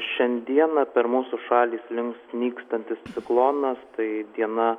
šiandieną per mūsų šalį slinks nykstantis ciklonas tai diena